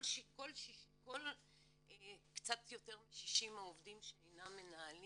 כל קצת יותר מ-60 העובדים שאינם מנהלים,